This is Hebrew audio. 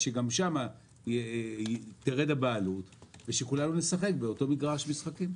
שגם שם תרד הבעלות ושכולנו נשחק באותו מגרש משחקים.